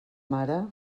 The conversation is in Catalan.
mare